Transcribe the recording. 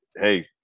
hey